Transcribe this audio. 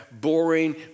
boring